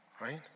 right